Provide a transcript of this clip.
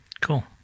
Cool